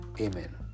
Amen